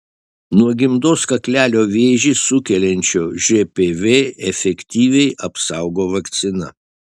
nuo gimdos kaklelio vėžį sukeliančio žpv efektyviai apsaugo vakcina